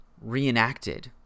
reenacted